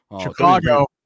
Chicago